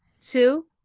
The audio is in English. two